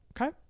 okay